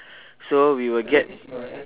so we will get